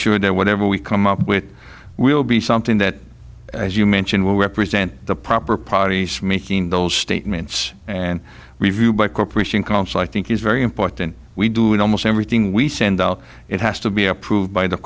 sure that whatever we come up with will be something that as you mentioned will represent the proper praties making those statements and review by corporate in council i think is very important we do in almost everything we send oh it has to be approved by the